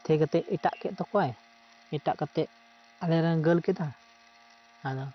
ᱛᱷᱤᱭᱟᱹ ᱠᱟᱛᱮᱫ ᱮᱴᱟᱜ ᱠᱮᱫ ᱛᱟᱠᱚᱣᱟᱭ ᱮᱴᱟᱜ ᱠᱟᱛᱮᱫ ᱟᱞᱮ ᱨᱮᱱ ᱜᱳᱞ ᱠᱮᱫᱟᱭ ᱟᱫᱚ